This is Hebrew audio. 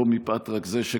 לא רק מפאת זה שקראת,